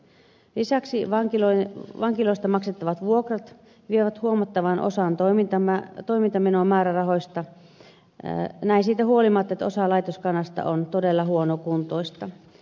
lisäksi vankiloista maksettavat vuokrat vievät huomattavan osan toimintamenomäärärahoista näin siitä huolimatta että osa laitoskannasta on todella huonokuntoista